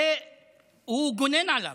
והוא גונן עליו,